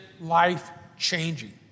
life-changing